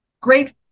great